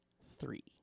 three